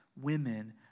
women